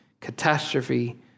catastrophe